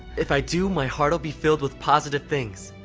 if i do, my heart'll be filled with positive things,